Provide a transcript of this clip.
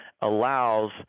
allows